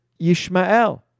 Yishmael